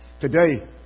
Today